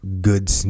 good